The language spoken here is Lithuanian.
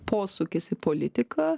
posūkis į politiką